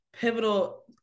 Pivotal